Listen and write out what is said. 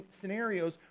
scenarios